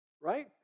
Right